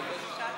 בבקשה תסיים.